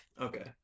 Okay